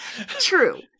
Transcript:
true